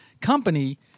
company